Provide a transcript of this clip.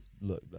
look